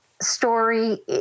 story